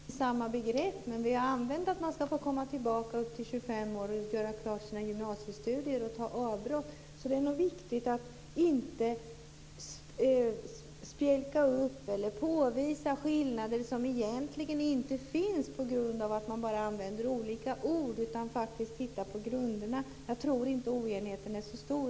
Fru talman! Vi har inte använt precis samma begrepp. Men vi säger att man ska få komma tillbaka upp till 25 års ålder och göra klart sina gymnasiestudier. Man ska få ta avbrott. Det är nog viktigt att inte påvisa skillnader som egentligen inte finns. Man använder bara olika ord. Det är viktigt att faktiskt titta på grunderna. Jag tror inte att oenigheten är så stor.